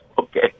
okay